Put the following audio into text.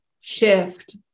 shift